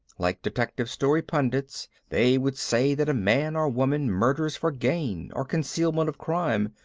like detective-story pundits, they would say that a man or woman murders for gain, or concealment of crime,